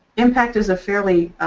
impact is a fairly